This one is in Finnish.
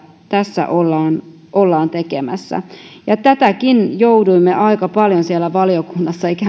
tässä ollaan nyt tekemässä tätäkin jouduimme aika paljon siellä valiokunnassa